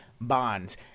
bonds